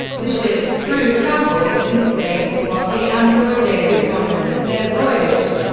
the ship's crew travels in stasis while the android david monitors their voyage.